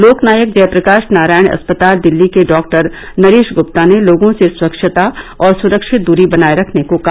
लोकनायक जयप्रकाश नारायण अस्पताल दिल्ली के डॉक्टर नरेश गुप्ता ने लोगों से स्वच्छता और सुरक्षित दूरी बनाए रखने को कहा